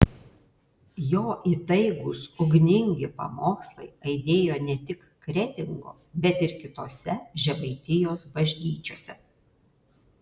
jo įtaigūs ugningi pamokslai aidėjo ne tik kretingos bet ir kitose žemaitijos bažnyčiose